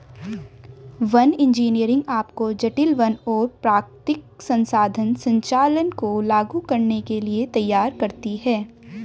one engineering आपको जटिल वन और प्राकृतिक संसाधन संचालन को लागू करने के लिए तैयार करती है